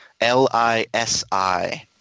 L-I-S-I